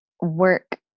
work